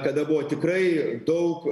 kada buvo tikrai daug